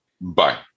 bye